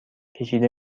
کشیده